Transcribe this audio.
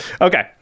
Okay